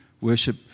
worship